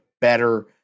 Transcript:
better